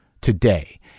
today